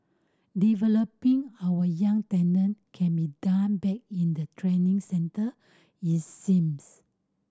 developing our young talent can be done back in the training centre it seems